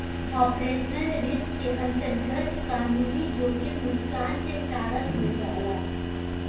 operational risk के अंतरगत कानूनी जोखिम नुकसान के कारन हो जाला